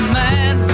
man